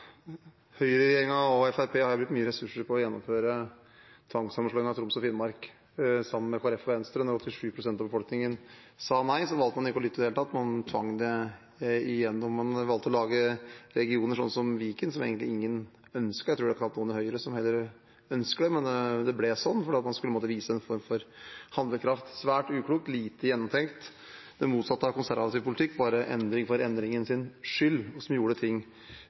og Fremskrittspartiet har brukt mye ressurser på å gjennomføre tvangssammenslåing av Troms og Finnmark, sammen med Kristelig Folkeparti og Venstre. Da 87 pst. av befolkningen sa nei, valgte man ikke å lytte i det hele tatt, man tvang det gjennom. Man valgte å lage regioner sånn som Viken, som egentlig ingen ønsket – jeg tror knapt det er noen i Høyre som ønsker det heller – men det ble sånn, for man måtte vise en form for handlekraft. Det var svært uklokt og lite gjennomtenkt, det motsatte av konservativ politikk, bare endring for endringens skyld, som gjorde ting